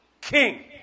king